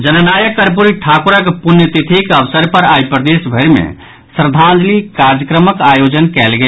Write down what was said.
जननायक कर्पूरी ठाकुरक पुण्यतिथिक अवसर पर आइ प्रदेश भरि मे श्रद्धांजलि कार्यक्रमक आयोजन कयल गेल